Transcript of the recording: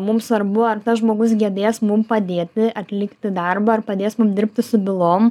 mum svarbu ar tas žmogus gebės mum padėti atlikti darbą ar padės mum dirbti su bylom